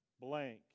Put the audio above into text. blank